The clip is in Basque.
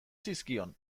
zizkion